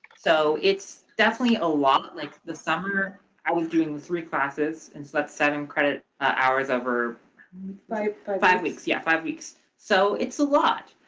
so it's definitely a lot, like, the summer i was doing three classes, and so that's seven credit hours over five weeks, yeah, five weeks. so it's a lot.